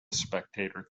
spectator